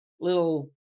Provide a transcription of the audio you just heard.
little